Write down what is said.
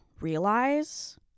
realize